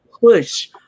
push